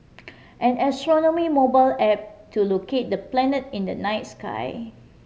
an astronomy mobile app to locate the planet in the night sky